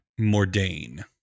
Mordain